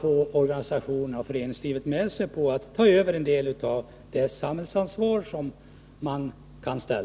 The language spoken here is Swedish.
få organisationerna och Nr 124 föreningslivet med sig på att ta över en del av samhällsansvaret. liga frågor